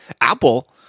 Apple